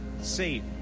safe